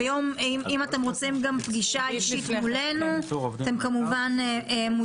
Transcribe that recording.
אם אתם רוצים גם פגישה אישית מולנו, אתם מוזמנים.